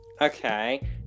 Okay